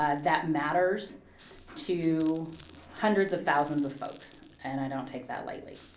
ah that matters to hundreds of thousands of folks, and i don't take that lightly,